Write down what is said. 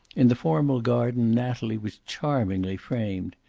in the formal garden natalie was charmingly framed.